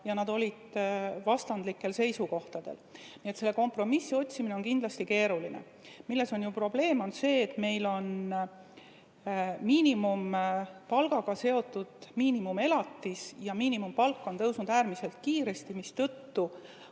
ja need olid vastandlikel seisukohtadel. Nii et kompromissi otsimine on kindlasti keeruline. Milles on probleem? Probleem on selles, et meil on miinimumpalgaga seotud miinimumelatis ja miinimumpalk on tõusnud äärmiselt kiiresti, mistõttu